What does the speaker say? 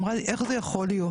אמרה לי: איך זה יכול להיות?